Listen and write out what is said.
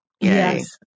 Yes